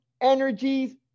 energies